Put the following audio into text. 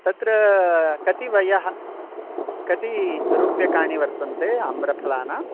तत्र कति वय कति रूप्यकाणि वर्तन्ते आम्र फलानाम्